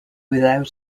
without